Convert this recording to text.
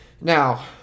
Now